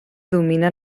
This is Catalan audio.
domina